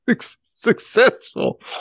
Successful